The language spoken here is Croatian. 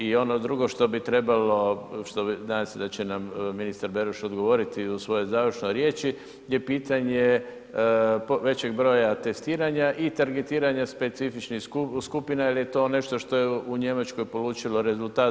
I ono drugo što bi trebalo, nadam se da će nam ministar Beroš odgovoriti u svojoj završnoj riječi je pitanje većeg broja testiranja i targetiranja specifičnih skupina jel je to nešto što je u Njemačkoj polučilo rezultat.